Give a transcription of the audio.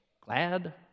Glad